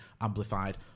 amplified